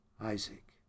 Isaac